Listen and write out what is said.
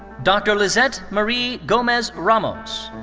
dr. lizzette marie gomez ramos.